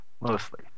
mostly